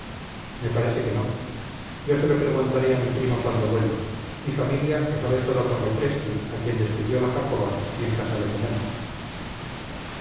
me parece que no yo se lo preguntaré a mi primo cuando vuelva mi familia lo sabe todo por lopresti a quien despidió la jacoba y en casa le tenemos